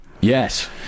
Yes